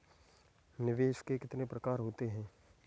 निवेश के कितने प्रकार होते हैं?